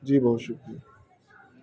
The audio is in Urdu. جی بہت شکریہ